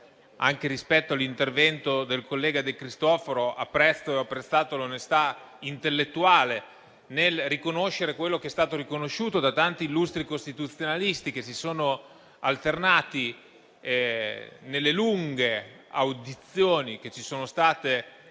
rispetto all'intervento del collega De Cristofaro, ho apprezzato la sua onestà intellettuale nel riconoscere quello che è stato riconosciuto da tanti illustri costituzionalisti, che si sono alternati nelle lunghe audizioni che ci sono state